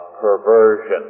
perversion